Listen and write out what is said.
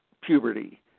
puberty